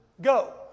go